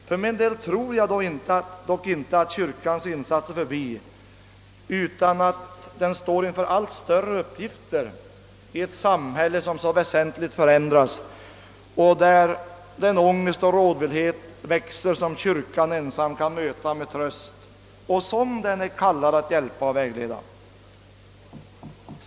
För min del tror jag dock inte att kyrkans insats är förbi, utan att den står inför allt större uppgifter i ett samhälle som så väsentligt förändras och där den ångest och rådvillhet växer som kyrkan ensam kan möta med tröst och som den är kallad att hjälpa och vägleda.